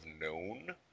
known